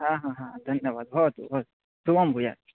हा हा हा धन्यवादः भवतु भवतु शुभं भूयात्